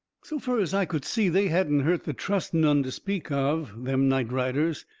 so fur as i could see they hadn't hurt the trust none to speak of, them night-riders.